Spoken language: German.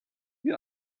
wie